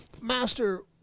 Master